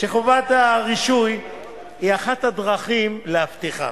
וחובת הרישוי היא אחת הדרכים להבטיח זאת.